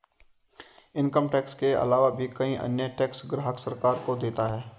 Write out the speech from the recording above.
income tax के आलावा भी कई अन्य टैक्स ग्राहक सरकार को देता है